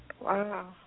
Wow